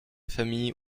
famille